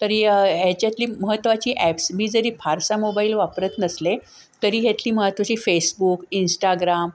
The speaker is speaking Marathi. तरी ह्याच्यातली महत्वाची ॲप्स मी जरी फारसा मोबाईल वापरत नसले तरी ह्यातली महत्वाची फेसबुक इंस्टाग्राम